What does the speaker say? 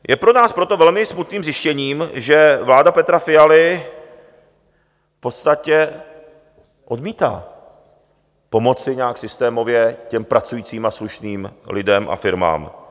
Je pro nás proto velmi smutným zjištěním, že vláda Petra Fialy v podstatě odmítá pomoci nějak systémově těm pracujícím a slušným lidem a firmám.